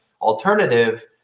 alternative